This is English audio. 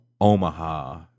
Omaha